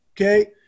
Okay